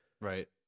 Right